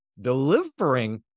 delivering